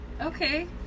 Okay